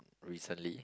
recently